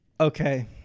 Okay